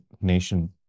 nation